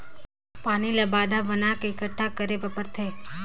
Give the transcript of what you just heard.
पानी ल बांधा बना के एकटठा करे बर परथे